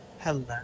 Hello